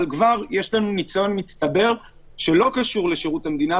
אבל כבר יש לנו ניסיון מצטבר שלא קשור לשירות המדינה,